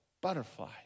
butterfly